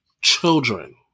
children